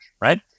right